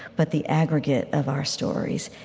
but the aggregate of our stories.